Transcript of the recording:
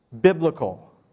biblical